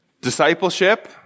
Discipleship